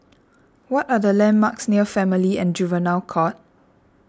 what are the landmarks near Family and Juvenile Court